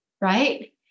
Right